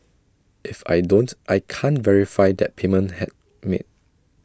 if I don't I can't verify that payment had made